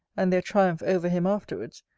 and their triumph over him afterwards,